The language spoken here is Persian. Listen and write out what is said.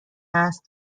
هست